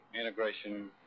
integration